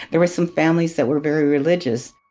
there were some families that were very religious.